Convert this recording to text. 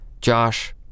Josh